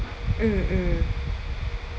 mm mm